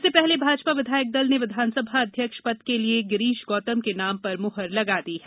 इससे पहले भाजपा विधायक दल ने विधानसभा अध्यक्ष पद के लिए गिरीश गौतम के नाम पर मुहर लगा दी है